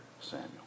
Samuel